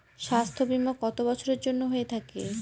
স্বাস্থ্যবীমা কত বছরের জন্য হয়ে থাকে?